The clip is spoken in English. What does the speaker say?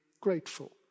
grateful